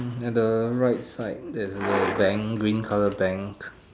at the right side there's a bank green colour bank